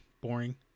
boring